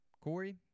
Corey